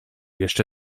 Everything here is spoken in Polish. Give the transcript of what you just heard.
jeszcze